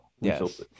Yes